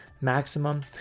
maximum